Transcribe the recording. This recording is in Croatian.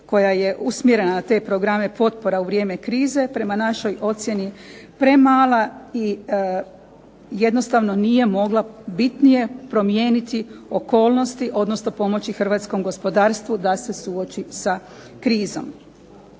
koja je usmjerena na te programe potpora u vrijeme krize prema našoj ocjeni premala i jednostavno nije mogla bitnije promijeniti okolnosti odnosno pomoći hrvatskom gospodarstvu da se suoči sa krizom.